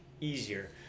easier